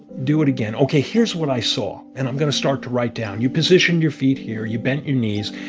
do it again. ok, here's what i saw. and i'm going to start to write down. you positioned your feet here. you bent your knees.